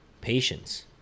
patience